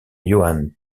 johan